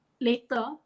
later